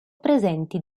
presenti